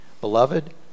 Beloved